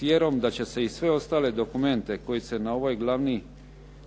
vjerom da će se i sve ostale dokumente koji se na ovaj glavni